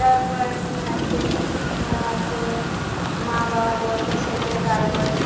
তার পর হচ্ছে কিছু হচ্ছে মা বাবা বলতে শেখে তার পর